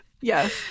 yes